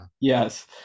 Yes